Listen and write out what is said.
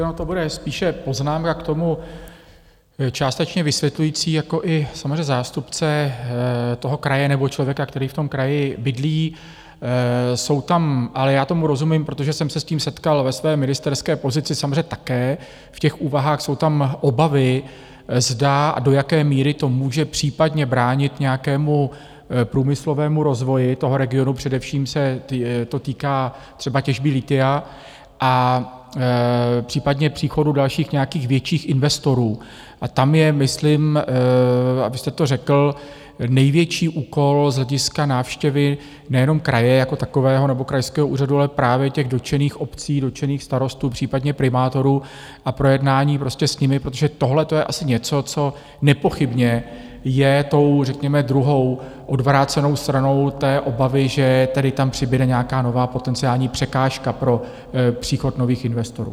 Ona to bude spíše poznámka k tomu částečně vysvětlující jako i samozřejmě zástupce toho kraje nebo člověka, který v tom kraji bydlí jsou tam, ale já tomu rozumím, protože jsem se s tím setkal ve své ministerské pozici samozřejmě také, v těch úvahách jsou tam obavy, zda a do jaké míry to může případně bránit nějakému průmyslovému rozvoji toho regionu, především se to týká třeba těžby lithia a případně příchodu dalších nějakých větších investorů, a tam je myslím, a vy jste to řekl, největší úkol z hlediska návštěvy nejenom kraje jako takového nebo krajského úřadu, ale právě dotčených obcí, dotčených starostů, případně primátorů, a projednání s nimi, protože tohleto je asi něco, co nepochybně je tou řekněme druhou odvrácenou stranou obavy, že tedy tam přibude nějaká nová potenciální překážka pro příchod nových investorů.